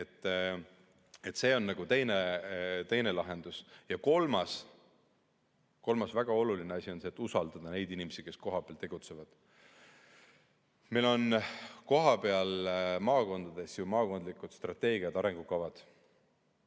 See on teine lahendus. Ja kolmas väga oluline asi on see, et tuleb usaldada neid inimesi, kes kohapeal tegutsevad. Meil on kohapeal maakondades ju maakondlikud strateegiad, arengukavad.